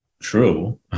true